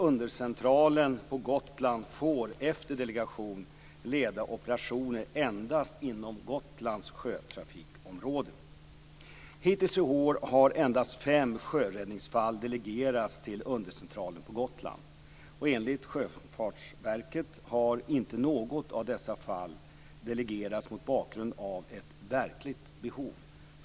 Undercentralen på Gotland får, efter delegation, leda operationer endast inom Gotlands sjötrafikområde. Hittills i år har endast fem sjöräddningsfall delegerats till undercentralen på Gotland. Enligt Sjöfartsverket har inte något av dessa fall delegerats mot bakgrund av ett verkligt behov.